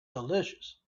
delicious